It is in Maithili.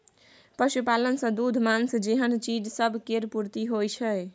पशुपालन सँ दूध, माँस जेहन चीज सब केर पूर्ति होइ छै